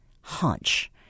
hunch